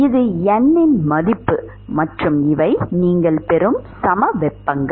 இது n இன் மதிப்பு மற்றும் இவை நீங்கள் பெறும் சமவெப்பங்கள்